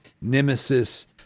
Nemesis